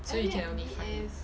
so you can only find